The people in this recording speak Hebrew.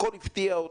הכול הפתיע אתכם.